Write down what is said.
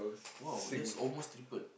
!wow! that's almost triple